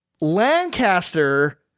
Lancaster